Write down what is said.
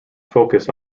focus